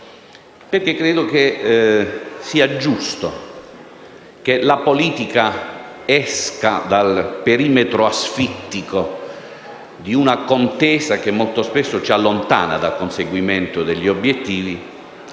Credo infatti sia giusto che la politica esca dal perimetro asfittico di una contesa che molto spesso ci allontana dal conseguimento degli obiettivi